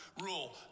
rule